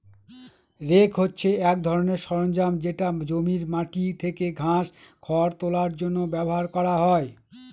rake হছে এক ধরনের সরঞ্জাম যেটা জমির মাটি থেকে ঘাস, খড় তোলার জন্য ব্যবহার করা হয়